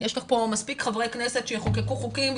יש לך פה מספיק חברי כנסת שיחוקקו חוקים,